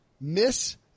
miss